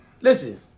Listen